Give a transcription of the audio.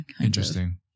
Interesting